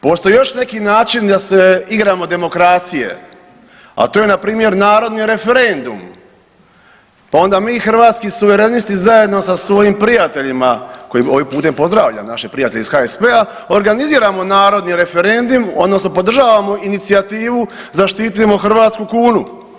Postoje još neki načini da se igramo demokracije, a to je npr. narodni referendum, pa onda mi Hrvatski suverenist zajedno sa svojim prijateljima, koje ovim putem pozdravljam naše prijatelje iz HSP-a, organiziramo narodni referendum odnosno podržavamo inicijativu zaštitimo hrvatsku kunu.